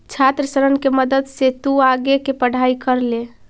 छात्र ऋण के मदद से तु आगे के पढ़ाई कर ले